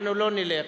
אנחנו לא נלך,